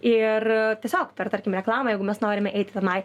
ir tiesiog per tarkim reklamą jeigu mes norime eiti tenai